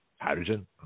Hydrogen